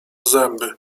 zęby